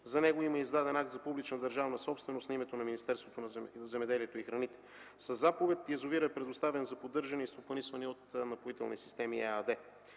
За него има издаден акт за публична държавна собственост на името на Министерството на земеделието и храните. Със заповед язовирът е предоставен за поддържане и стопанисване от „Напоителни системи” ЕАД.